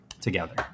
together